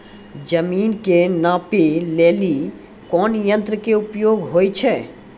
जमीन के नापै लेली कोन यंत्र के उपयोग होय छै?